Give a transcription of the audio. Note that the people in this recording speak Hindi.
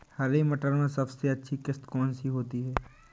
हरे मटर में सबसे अच्छी किश्त कौन सी होती है?